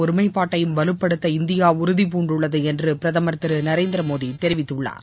ஒருமைப்பாட்டையும் வலுப்படுத்த இந்தியா உறுதிபூண்டுள்ளது என்று பிரதம் திரு நரேந்திரமோடி தெரிவித்துள்ளார்